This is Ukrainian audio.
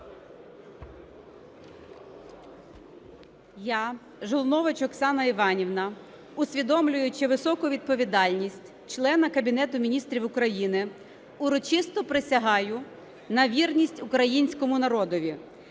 Я, Жолнович Оксана Іванівна, усвідомлюючи високу відповідальність члена Кабінету Міністрів України, урочисто присягаю на вірність Українському народові.